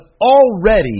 already